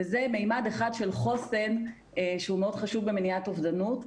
וזה מימד אחד של חוסן שהוא מאוד חשוב במניעת אובדנות.